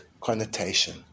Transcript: connotation